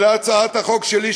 אבל להצעת החוק שלי,